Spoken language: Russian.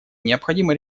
необходимо